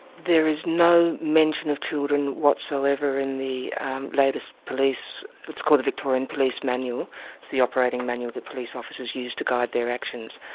there is no mention of children whatsoever in the latest police it's called the victorian police manual, it's the operating manual that police officers use to guide their actions.